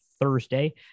Thursday